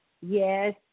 yes